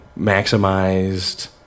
maximized